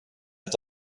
hat